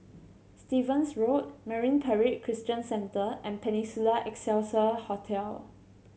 Stevens Road Marine Parade Christian Centre and Peninsula Excelsior Hotel